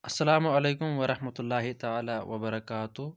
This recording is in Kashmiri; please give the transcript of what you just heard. اسلام علیکم ورحمتہُ اللہ تعالیٰ وبرکاتہ